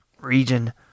Region